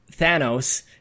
thanos